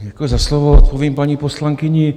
Děkuji za slovo, odpovím paní poslankyni.